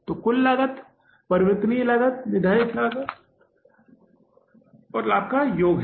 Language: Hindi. तो कुल लागत परिवर्तनीय लागत और निर्धारित लागत और लाभ का योग है